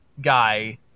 guy